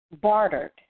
bartered